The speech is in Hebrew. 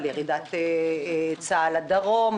על ירידת צה"ל לדרום,